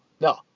No